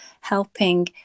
helping